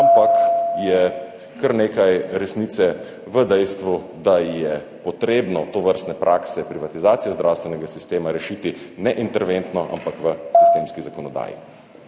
ampak je kar nekaj resnice v dejstvu, da je potrebno tovrstne prakse privatizacije zdravstvenega sistema rešiti ne interventno, ampak v sistemski zakonodaji.